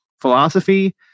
philosophy